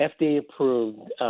FDA-approved